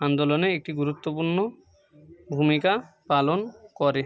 আন্দোলনে একটি গুরুত্বপূর্ণ ভূমিকা পালন করে